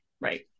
Right